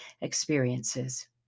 experiences